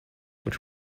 which